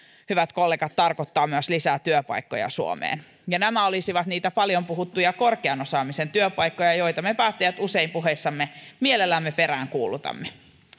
hyvät kollegat tarkoittaa myös lisää työpaikkoja suomeen nämä olisivat niitä paljon puhuttuja korkean osaamisen työpaikkoja joita me päättäjät usein puheissamme mielellämme peräänkuulutamme